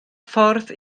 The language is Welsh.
ffordd